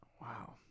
Wow